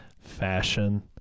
fashion